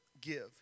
give